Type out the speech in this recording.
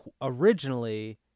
originally